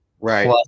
right